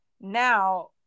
now